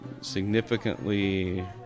significantly